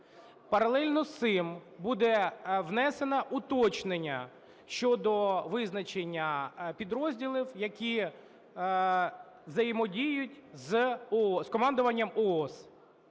Паралельно з цим буде внесено уточнення щодо визначення підрозділів, які взаємодіють з командуванням ООС.